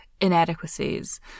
inadequacies